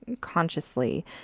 consciously